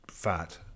Fat